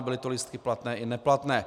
Byly to lístky platné i neplatné.